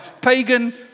pagan